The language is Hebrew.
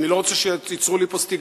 אני לא רוצה שתיצרו לי פה סטיגמות,